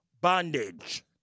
bondage